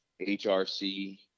HRC